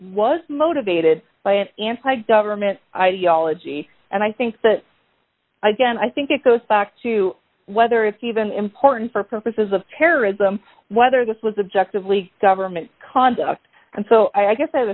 was motivated by an anti government ideology and i think that again i think it goes back to whether it's even important for purposes of terrorism whether this was objective league government conduct and so i guess